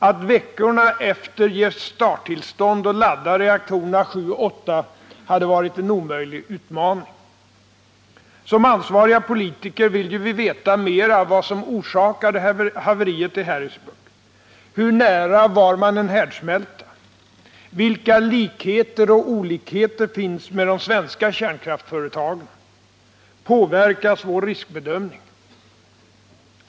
Att veckorna efteråt ge starttillstånd och ladda reaktorerna 7 och 8 hade varit en omöjlig utmaning. Som ansvariga politiker vill vi ju veta vad som orsakade haveriet i Harrisburg. Hur nära var man en härdsmälta? Vilka likheter och olikheter finns med de svenska kärnkraftsföretagen? Påverkas vår riskbedömning?